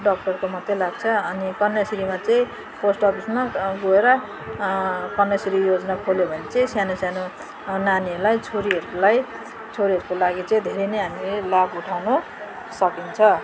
डक्टरको मात्रै लाग्छ अनि कन्याश्रीमा चाहिँ पोस्ट अफिसमा गएर कन्याश्री योजना खोल्यो भने चाहिँ सानो सानो नानीहरूलाई छोरीहरूलाई छोरीहरूको लागि चाहिँ धेरै नै हामीले लाभ उठाउनु सकिन्छ